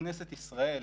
בכנסת ישראל,